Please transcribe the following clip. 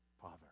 father